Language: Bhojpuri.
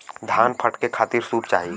धान फटके खातिर सूप चाही